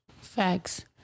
Facts